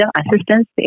assistance